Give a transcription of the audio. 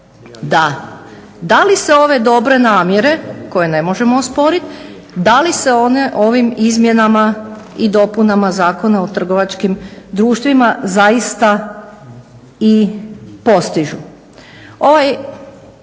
to da li se ove dobre namjere koje ne možemo osporit, da li se one ovim izmjenama i dopunama Zakona o trgovačkim društvima zaista i postižu.